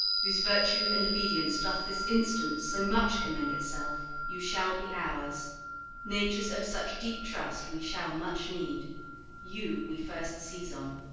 whose virtue and obedience doth this instant so much commend itself, you shall be ours natures of such deep trust we shall much need you we first seize on.